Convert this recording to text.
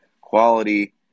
quality